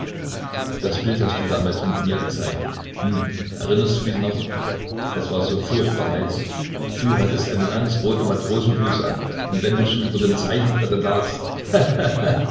das bild hast du damals mit mir gezeichnet hm erinnerst du dich noch es war so furchtbar heiß du hattest eine ganz rote matrosenbluse an und wenn du so über dem zeichenbrette lagst